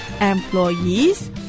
employees